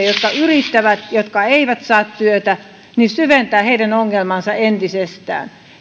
jotka yrittävät jotka eivät saa työtä ja syventää heidän ongelmaansa entisestään